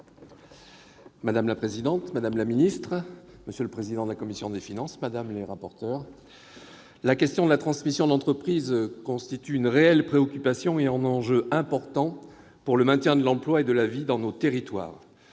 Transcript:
Madame la présidente, madame la secrétaire d'État, monsieur le président de la commission des finances, mesdames les rapporteurs, mes chers collègues, la transmission d'entreprise constitue une réelle préoccupation et un enjeu important pour le maintien de l'emploi et de la vie dans nos territoires.